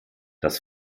das